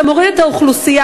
אתה מוריד את האוכלוסייה,